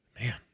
Man